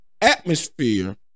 atmosphere